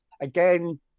Again